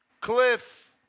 Cliff